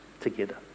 together